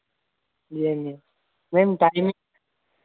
जी जी ma'am timing